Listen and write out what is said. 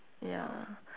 ya